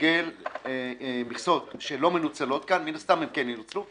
לגלגל מכסות שלא מנוצלות כאן מן הסתם הן כן ינוצלו.